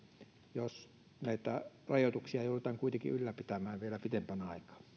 jos näitä rajoituksia joudutaan kuitenkin ylläpitämään vielä pitemmän aikaa